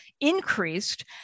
increased